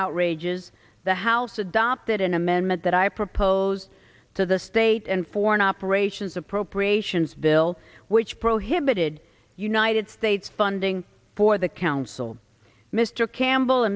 outrages the house adopted an amendment that i proposed to the state and foreign operations appropriations bill which prohibited united states funding for the counsel mr campbell